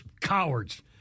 cowards